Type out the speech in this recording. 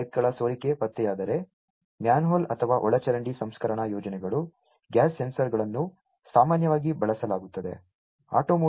LPG ಪೈಪ್ಗಳ ಸೋರಿಕೆ ಪತ್ತೆಯಾದರೆ ಮ್ಯಾನ್ಹೋಲ್ ಅಥವಾ ಒಳಚರಂಡಿ ಸಂಸ್ಕರಣಾ ಯೋಜನೆಗಳು ಗ್ಯಾಸ್ ಸೆನ್ಸರ್ಗಳನ್ನು ಸಾಮಾನ್ಯವಾಗಿ ಬಳಸಲಾಗುತ್ತದೆ